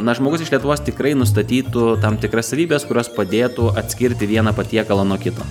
na žmogus iš lietuvos tikrai nustatytų tam tikras savybes kurios padėtų atskirti vieną patiekalą nuo kito